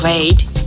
great